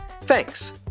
Thanks